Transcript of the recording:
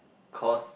cause